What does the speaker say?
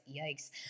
Yikes